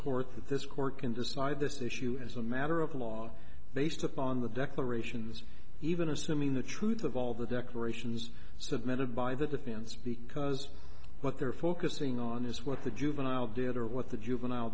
this court can decide this issue as a matter of law based upon the declarations even assuming the truth of all the decorations submitted by the defense because what they're focusing on is what the juvenile did or what the juvenile